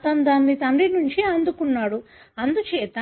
అతను దానిని తండ్రి నుండి అందుకున్నాడు అందుచేత